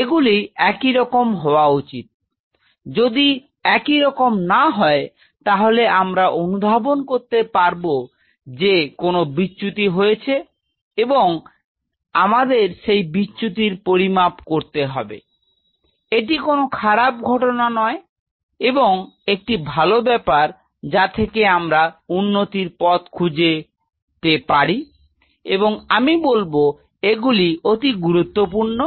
এগুলি একইরকম হওয়া উচিত যদি একইরকম না হয় তাহলে আমরা অনুধাবন করতে পারব যে কোন বিচ্যুতি হয়েছে এবং আমাদের সেই বিচ্যুতির পরিমাপ করতে হবে এটি কোনও খারাপ ঘটনা নয় বরং একটি ভাল ব্যাপার যা থেকে আমরা Refer time 0743 উন্নতির পথ খুঁজতে পারি এবং আমি বলব এগুলি অতি গুরুত্বপূর্ণ